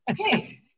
Okay